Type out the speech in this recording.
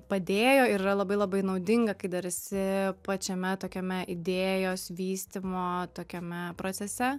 padėjo ir yra labai labai naudinga kai dar esi pačiame tokiame idėjos vystymo tokiame procese